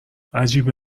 عجیبه